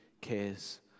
cares